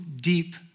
deep